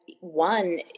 one